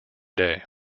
day